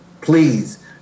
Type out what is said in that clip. please